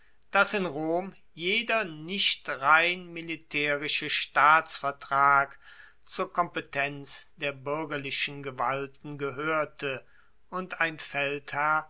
dass in rom jeder nicht rein militaerische staatsvertrag zur kompetenz der buergerlichen gewalten gehoerte und ein feldherr